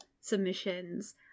submissions